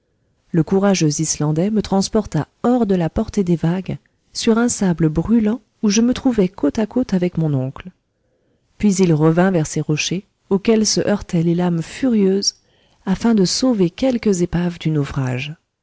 le courageux islandais me transporta hors de la portée des vagues sur un sable brûlant où je me trouvai côte à côte avec mon oncle puis il revint vers ces rochers auxquels se heurtaient les lames furieuses afin de sauver quelques épaves du naufrage